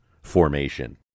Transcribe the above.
formation